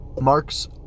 marks